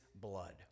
blood